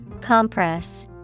Compress